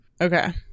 okay